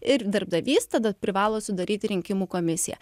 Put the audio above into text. ir darbdavys tada privalo sudaryti rinkimų komisiją